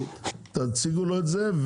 תציגו לו את זה.